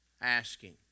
asking